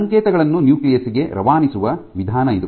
ಸಂಕೇತಗಳನ್ನು ನ್ಯೂಕ್ಲಿಯಸ್ ಗೆ ರವಾನಿಸುವ ವಿಧಾನ ಇದು